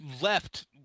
left